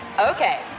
Okay